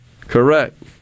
Correct